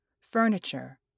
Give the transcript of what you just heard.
Furniture